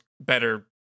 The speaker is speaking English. better